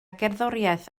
gerddoriaeth